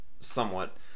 somewhat